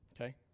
Okay